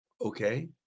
okay